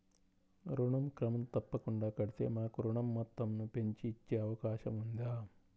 ఋణం క్రమం తప్పకుండా కడితే మాకు ఋణం మొత్తంను పెంచి ఇచ్చే అవకాశం ఉందా?